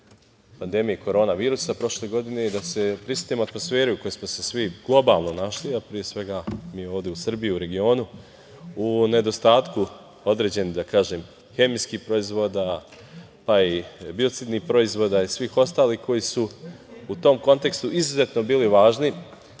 pandemije korona virusa prošle godine, da se prisetimo atmosfere u kojoj smo se svi globalno našli, a pre svega mi ovde u Srbiji, u regionu u nedostatku određenih, da kažem, hemijskih proizvoda, biocidnih proizvoda i svih ostalih koji su u tom kontekstu izuzetno bili